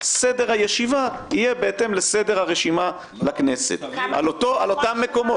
סדר הישיבה יהיה לפי סדר הרשימה לכנסת על אותם מקומות.